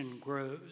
grows